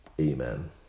Amen